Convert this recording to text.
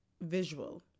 visual